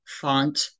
font